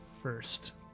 first